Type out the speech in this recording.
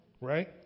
Right